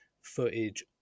footage